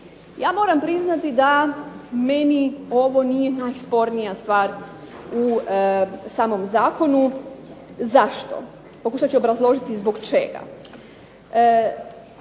Ja moram priznati da meni ovo nije najspornija stvar u ovom Zakonu. Zašto? Pokušat ću obrazložiti zbog čega.